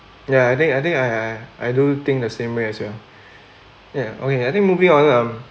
ya I think I think I I I do think the same way as well ya okay I think moving on um